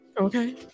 Okay